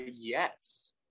Yes